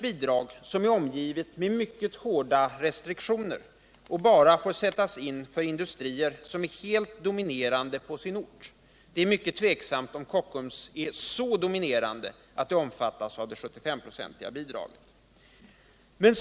Bidraget är omgärdat av mycket hårda restriktioner och får bara sättas in för industrier som är helt dominerande på sin ort. Det är tveksamt om Kockums är så dominerande att det omfattas av det 75 procentiga lönebidraget.